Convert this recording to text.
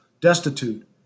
destitute